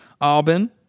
Albin